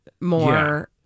more